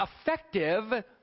effective